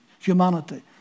Humanity